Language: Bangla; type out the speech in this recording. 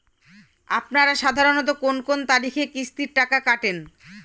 আপনারা সাধারণত কোন কোন তারিখে কিস্তির টাকা কাটে?